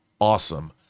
awesome